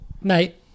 Mate